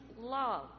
love